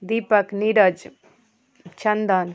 Deepak Neeraj Chandan